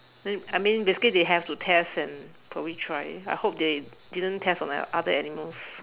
then I mean basically they have to test and probably try it I hope that they didn't test on like other animals